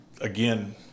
again